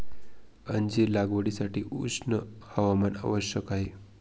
अंजीर लागवडीसाठी उष्ण हवामान आवश्यक आहे